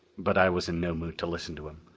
but i was in no mood to listen to him.